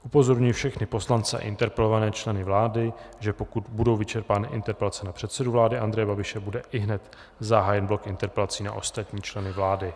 Upozorňuji všechny poslance a interpelované členy vlády, že pokud budou vyčerpány interpelace na předsedu vlády Andreje Babiše, bude ihned zahájen blok interpelací na ostatní členy vlády.